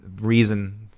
reason